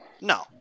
No